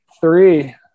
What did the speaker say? three